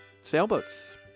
sailboats